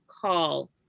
call